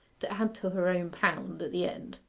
to add to her own pound at the end.